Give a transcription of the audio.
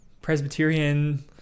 Presbyterian